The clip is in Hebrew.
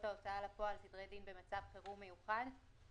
ההוצאה לפועל (סדרי דין במצב חירום מיוחד).